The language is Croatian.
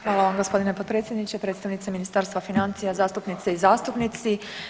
Hvala vam gospodine potpredsjedniče, predstavnice Ministarstva financija, zastupnice i zastupnici.